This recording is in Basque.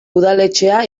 udaletxea